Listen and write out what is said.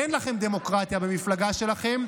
אין לכם דמוקרטיה במפלגה שלכם,